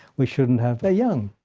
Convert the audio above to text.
we shouldn't have. they're young.